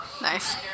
Nice